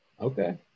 okay